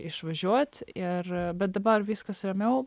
išvažiuot ir bet dabar viskas ramiau